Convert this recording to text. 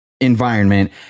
environment